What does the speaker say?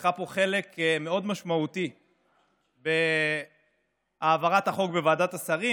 שלקחה פה חלק מאוד משמעותי בהעברת החוק בוועדת השרים